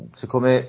siccome